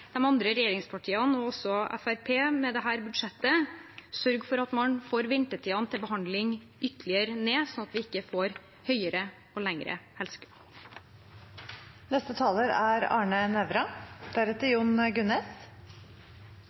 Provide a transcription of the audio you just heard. andre regjeringspartiene, og også Fremskrittspartiet, med dette budsjettet sørge for at man får ventetiden for behandling ytterligere ned, slik at vi ikke får lengre helsekøer. Hvordan reflekterer statsbudsjettet som er